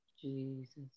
Jesus